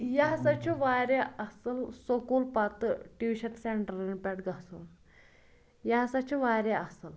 یہِ ہَسا چھُ واریاہ اَصٕل سکوٗل پَتہٕ ٹیوٗشَن سینٹَرَن پٮ۪ٹھ گژھُن یہِ ہَسا چھُ واریاہ اَصٕل